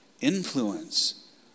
Influence